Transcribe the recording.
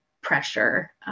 pressure